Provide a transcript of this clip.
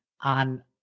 On